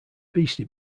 beastie